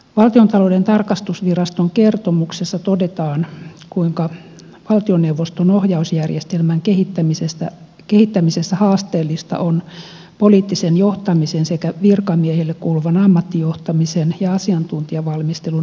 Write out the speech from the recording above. valtiontalouden tarkastusviraston kertomuksessa todetaan kuinka valtioneuvoston ohjausjärjestelmän kehittämisessä haasteellista on poliittisen johtamisen sekä virkamiehille kuuluvan ammattijohtamisen ja asiantuntijavalmistelun yhteensovittaminen